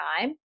time